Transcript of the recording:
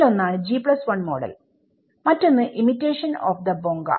അതിൽ ഒന്നാണ് G1 model മറ്റൊന്ന് ഇമിറ്റേഷൻ ഓഫ് ദ ബോങ്ക